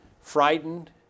frightened